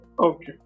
okay